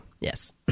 yes